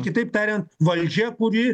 kitaip tariant valdžia kuri